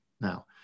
Now